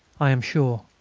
i am sure.